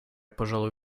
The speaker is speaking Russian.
пожалуй